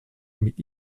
mit